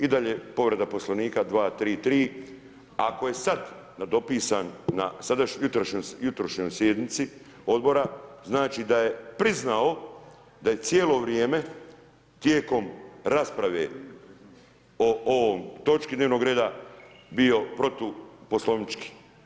I dalje povreda Poslovnika 233., ako je sad nadopisan na jutrošnjoj sjednici odbora znači da je priznao da je cijelo vrijeme tijekom rasprave o ovoj točki dnevnog reda bio protu poslovnički.